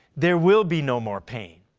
there will be no more pain.